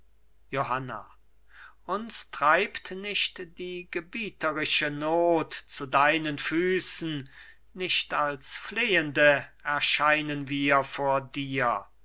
johanna uns treibt nicht die gebieterische not zu deinen füßen nicht als flehende erscheinen wir vor dir